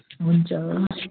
हुन्छ